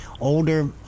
older